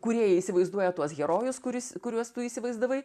kūrėjai įsivaizduoja tuos herojus kuris kuriuos tu įsivaizdavai